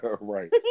Right